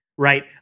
Right